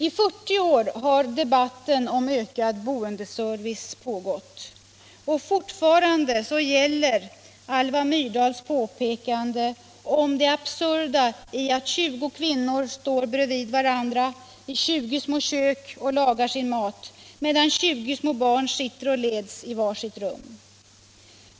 I 40 år har debatten om ökad boendeservice pågått och fortfarande gäller Alva Myrdals påpekande om det absurda i att 20 kvinnor står bredvid varandra i 20 små kök och lagar sin mat, medan 20 små barn sitter och leds i var sitt rum.